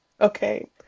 Okay